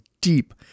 deep